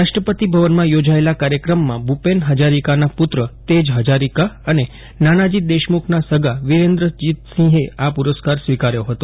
રાષ્ટ્રપતિ ભવનમાં યોજાયેલા કાર્યક્રમમાં ભૂપેન હજારીકાના પુત્ર તેજ હજારિકા અને નાનાજી દેશમુખના સગા વિરેન્દ્ર જીતસિંહે આ પુરસ્કાર સ્વીકાર્યો હતા